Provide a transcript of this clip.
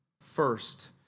first